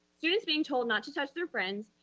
students being told not to touch their friends,